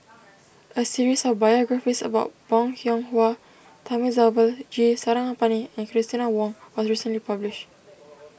a series of biographies about Bong Hiong Hwa Thamizhavel G Sarangapani and Christina Ong was recently published